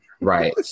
Right